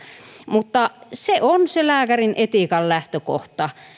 mutta se on se lääkärin etiikan lähtökohta